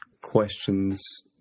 questions